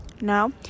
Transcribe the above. Now